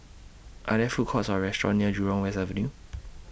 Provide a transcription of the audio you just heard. Are There Food Courts Or restaurants near Jurong West Avenue